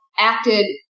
acted